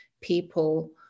people